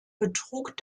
betrug